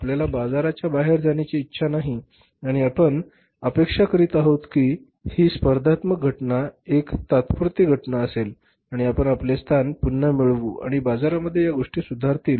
आपल्याला बाजाराच्या बाहेर जाण्याची इच्छा नाही आणि आपण अपेक्षा करीत आहोत की ही स्पर्धात्मक घटना एक तात्पुरती घटना असेल आणि आपण आपले स्थान पुन्हा मिळवू आणि बाजारामध्ये या गोष्टी सुधारतील